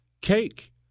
cake